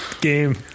game